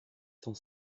cent